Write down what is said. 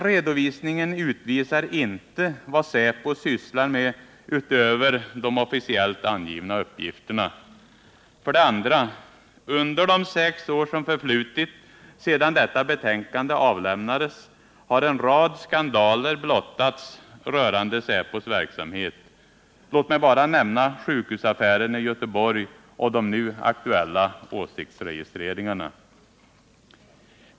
Redovisningen utvisar inte vad säpo sysslar med utöver de officiellt angivna uppgifterna. 2. Under de sex år som förflutit sedan detta betänkande avlämnades har en rad skandaler blottats rörande säpos verksamhet. Låt mig bara nämna sjukhusaffären i Göteborg och de nu aktuella åsiktsregistreringarna.